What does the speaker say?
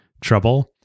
trouble